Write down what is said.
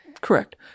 Correct